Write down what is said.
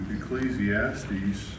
Ecclesiastes